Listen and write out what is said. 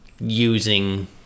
using